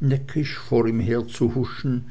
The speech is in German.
neckisch vor ihm herzuhuschen